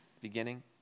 beginning